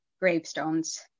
gravestones